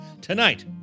Tonight